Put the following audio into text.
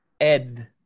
Ed